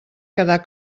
quedar